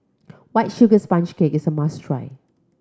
White Sugar Sponge Cake is a must try